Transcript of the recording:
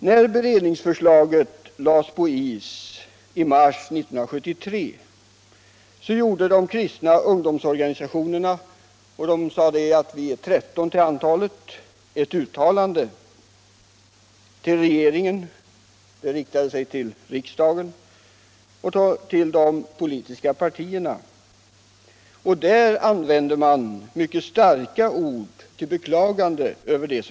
När beredningsförslaget lades på is i mars 1973 gjorde de 13 kristna ungdomsorganisationerna ett uttalande till regeringen, till riksdagen och till de politiska partierna, där man använde mycket starka ord till beklagande av vad som hänt.